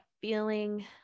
feeling